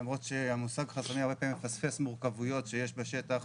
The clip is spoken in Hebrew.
למרות שהמושג חסמים הרבה פעמים מפספס מורכבויות שיש בשטח.